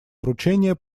вручения